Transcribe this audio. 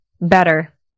better